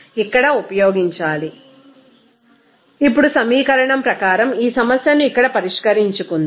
refer slide time 2044 ఇప్పుడు సమీకరణం ప్రకారం ఈ సమస్యను ఇక్కడ పరిష్కరించుకుందాం